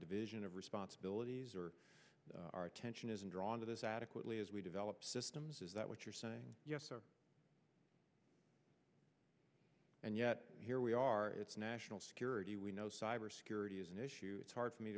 division of responsibilities or our attention is drawn to this adequately as we develop systems is that what you're saying and yet here we are it's national security we know cyber security is an issue it's hard for me